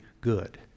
good